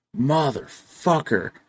Motherfucker